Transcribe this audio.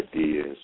ideas